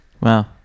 wow